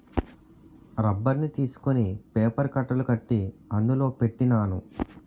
రబ్బర్ని తీసుకొని పేపర్ కట్టలు కట్టి అందులో పెట్టినాను